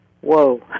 Whoa